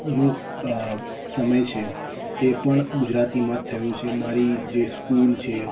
નો સમય છે એ પણ ગુજરાતીમાં થયું છે મારી જે સ્કૂલ છે